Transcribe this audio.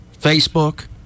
Facebook